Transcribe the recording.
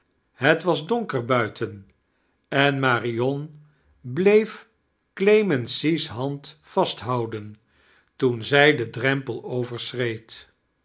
het was donker buiten en marion bleef clemency's hand vaafchouden toen zij den drempel